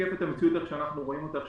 לשקף את המציאות כפי שאנחנו רואים אותה,